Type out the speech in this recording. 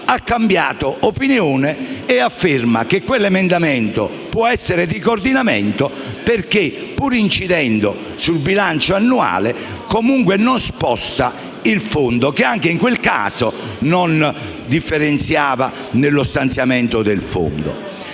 ha cambiato opinione e afferma che quell'emendamento può essere di coordinamento perché, pur incidendo sul bilancio annuale, comunque non sposta il fondo che, anche in quel caso, non differenziava nello stanziamento del fondo.